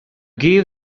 give